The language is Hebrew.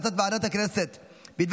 נעבור להצבעה על החלטת ועדת הכנסת בדבר